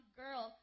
girl